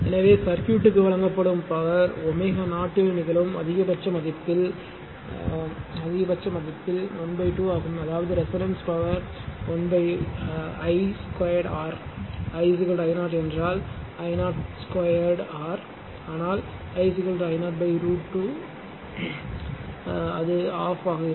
எனவே சர்க்யூட்க்கு வழங்கப்படும் பவர் ω0 இல் நிகழும் அதிகபட்ச மதிப்பில் 12 ஆகும் அதாவது resonance power I 2 R I I 0 என்றால் I 0 2 R ஆனால் I I 0 √ 2 இல் அது 12 ஆக இருக்கும்